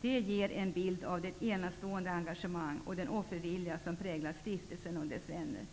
Det ger en bild av det enastående engagemang och den offervilja som präglat stiftelsen och dess vänner.